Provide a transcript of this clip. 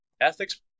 ethics